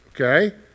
Okay